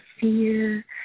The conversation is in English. fear